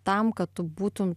tam kad tu būtum